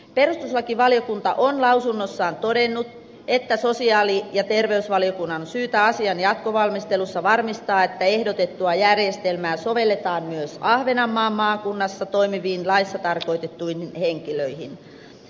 perustuslakivaliokunta on lausunnossaan todennut että sosiaali ja terveysvaliokunnan on syytä asian jatkovalmistelussa varmistaa että ehdotettua järjestelmää sovelletaan myös ahvenanmaan maakunnassa toimiviin laissa tarkoitettuihin henkilöihin